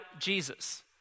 Jesus